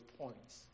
points